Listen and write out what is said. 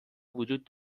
وجود